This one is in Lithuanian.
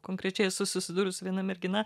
konkrečiai esu susidūrus su viena mergina